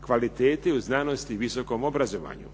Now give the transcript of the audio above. kvalitete u znanosti i visokom obrazovanju.